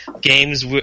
Games